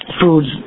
foods